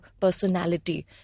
personality